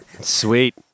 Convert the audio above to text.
Sweet